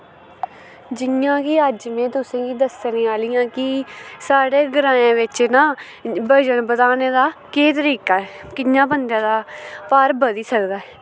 जियां कि अज्ज में तुसेंगी दस्सने आह्ली आं कि साढ़े ग्राएं बिच्च न वजन बधाने दा केह् तरीका ऐ कि'यां बंदे दा भार बधी सकदा ऐ